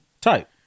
Type